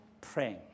praying